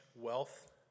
wealth